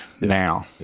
now